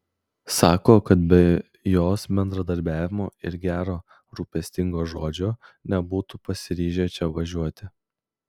sako kad be jos bendradarbiavimo ir gero rūpestingo žodžio nebūtų pasiryžę čia važiuoti